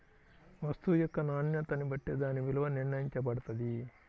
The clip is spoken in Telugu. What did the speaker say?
వస్తువు యొక్క నాణ్యతని బట్టే దాని విలువ నిర్ణయించబడతది